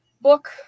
book